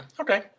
Okay